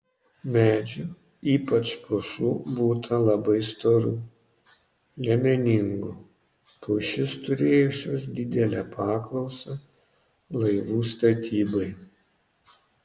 medžių ypač pušų būta labai storų liemeningų pušys turėjusios didelę paklausą laivų statybai